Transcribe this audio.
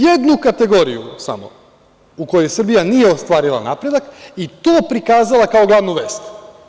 Jednu kategoriju samo u kojoj Srbija nije ostvarila napredak i to prikazala kao glavnu vest.